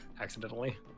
accidentally